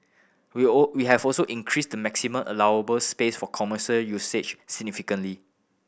we all we have also increased the maximum allowable space for commercial usage significantly